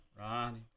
Ronnie